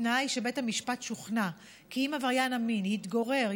בתנאי שבית המשפט שוכנע כי אם עבריין המין יתגורר,